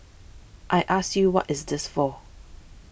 I ask you what is this for